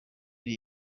iri